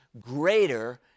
greater